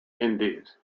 indies